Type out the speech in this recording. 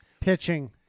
pitching